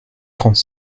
trente